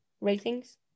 ratings